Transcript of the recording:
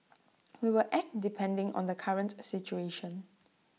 we will act depending on the current A situation